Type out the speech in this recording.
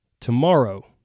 tomorrow